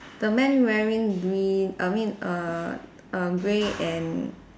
the men wearing green I mean err um grey and